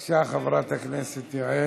בבקשה, חברת הכנסת יעל.